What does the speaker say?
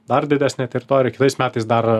dar didesnė teritorija kitais metais dar